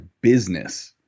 business